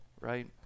right